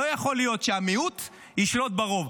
לא יכול להיות שהמיעוט ישלוט ברוב.